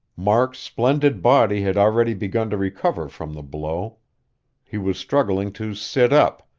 mark's splendid body had already begun to recover from the blow he was struggling to sit up,